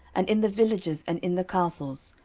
and in the villages, and in the castles,